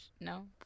No